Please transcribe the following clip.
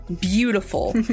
beautiful